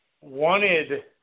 wanted